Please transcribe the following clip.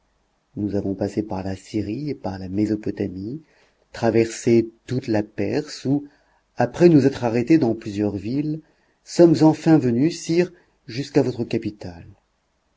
nous avons passé par la syrie et par la mésopotamie traversé toute la perse où après nous être arrêtés dans plusieurs villes sommes enfin venus sire jusqu'à votre capitale